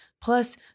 Plus